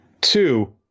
Two